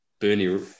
Bernie